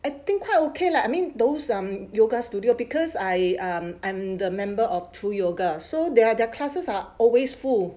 I think quite okay lah I mean those um yoga studio because I um I'm the member of true yoga so their their are classes are always full